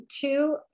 two